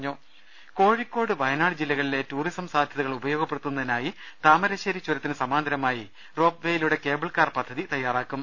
രുട്ട്ട്ട്ട്ട്ട്ട്ട്ട കോഴിക്കോട് വയനാട് ജില്ലകളിലെ ടൂറിസം സാധൃതകൾ ഉപയോഗ പ്പെടുത്തുന്നതിനായി താമരശേരി ചുരത്തിന് സമാന്തരമായി റോപ്വേയിലൂടെ കേബിൾ കാർ പദ്ധതി തയ്യാറാക്കും